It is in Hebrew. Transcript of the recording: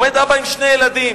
עומד אבא עם שני ילדים